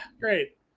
great